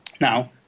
now